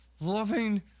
loving